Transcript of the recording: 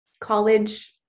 college